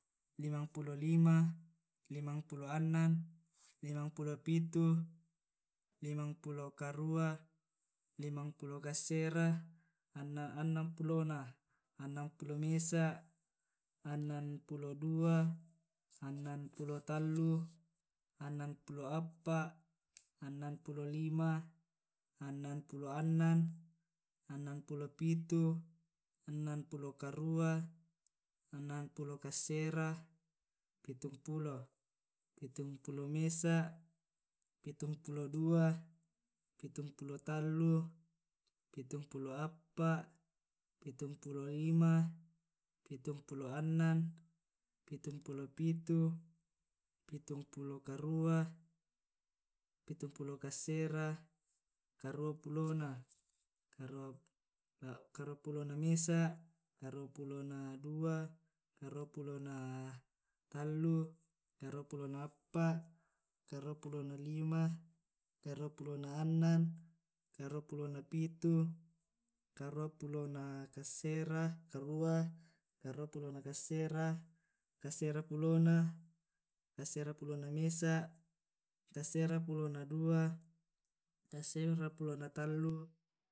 limang pulo lima, limang pulo annang, limang pulo pitu, limang pulo karua, limang pulo kassera, annang pulona, annang pulo mesa', annang pulo dua, annang pulon tallu, annang pulo appa, annang pulo lima, annang pulo annang, annang pulo pitu, annang pulo karua, annang pulo kassera, pitung pulo, pitung pulo mesa', pitung pulo dua, pitung pulo tallu, pitung pulo appa, pitung pulo lima, pitung pulo annang, pitung pulo pitu, pitung pulo karua, pitung pulo kassera, karua pulona, karua pulona mesa', karua pulona dua, karua pulona tallu, karuaa pulona appa, karua pulona lima, karua pulona annang, karua pulona pitu, karua pulona kassera, kassera pulona, kassera pulona mesa', kassera pulona dua, kasssera pulona tallu.